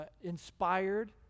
inspired